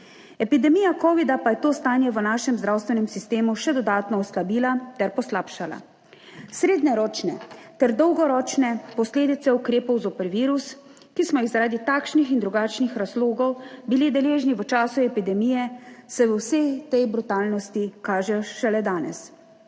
Epidemija covida pa je to stanje v našem zdravstvenem sistemu še dodatno oslabila ter poslabšala. Srednjeročne ter dolgoročne posledice ukrepov zoper virus, ki smo jih zaradi takšnih in drugačnih razlogov bili deležni v času epidemije, se v vsej tej brutalnosti kaže šele danes.